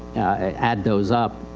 add those up,